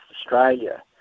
Australia